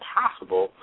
possible